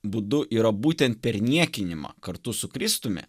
būdu yra būtent per niekinimą kartu su kristumi